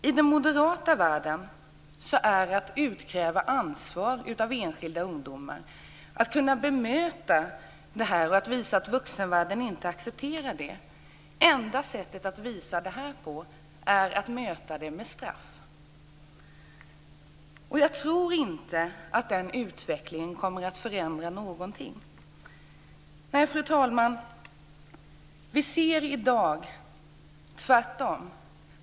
I den moderata världen är det enda sättet att utkräva ansvar av enskilda ungdomar, att kunna bemöta detta och visa att vuxenvärlden inte accepterar det att möta det med straff. Jag tror inte att den utvecklingen kommer att förändra någonting. Nej, fru talman, vi ser i dag att det är tvärtom.